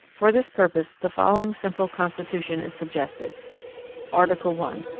for this purpose the following simple constitution is suggested article one.